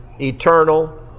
eternal